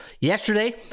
Yesterday